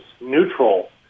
neutral